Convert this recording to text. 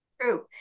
true